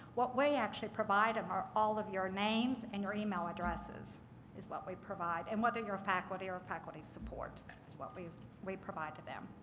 what we actually provide are all of your names and your email addresses is what we provide and whether you're a faculty or a faculty support is what we we provide to them.